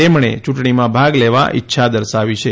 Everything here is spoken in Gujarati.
તેમણે ચૂંટણીમાં ભાગ લેવા ઇચ્છા દર્શાવી છે